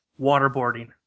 waterboarding